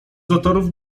zatorów